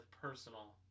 personal